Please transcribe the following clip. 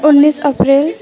उन्निस एप्रिल